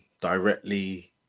directly